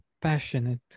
passionate